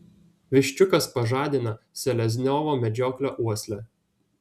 viščiukas pažadina selezniovo medžioklio uoslę